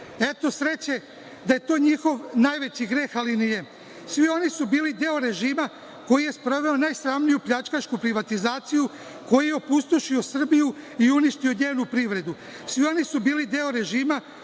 sreće da je to njihov najveći greh, ali nije. Svi oni su bili deo režima koji je sproveo najsramniju pljačkašku privatizaciju, koja je opustošila Srbiju i uništio njenu privredu. Svi oni su bili deo režima